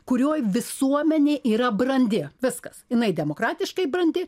kurioj visuomenė yra brandi viskas jinai demokratiškai brandi